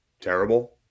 terrible